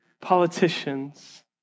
politicians